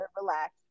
relax